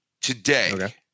today